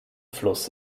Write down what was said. fluss